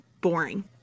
boring